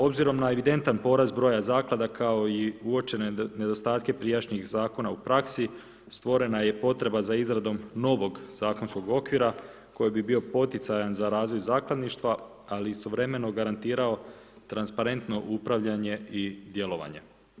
Obzirom na evidentan porast broja zaklada, kao i uočene nedostatke prijašnjih zakona u praksi, stvorena je potreba za izradi novog zakonskog okvira, koji bi bio poticajna za razvoj zakladništva, ali istovremeno garantirao, transparentno upravljanje i djelovanje.